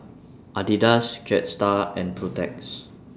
Adidas Jetstar and Protex